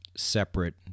separate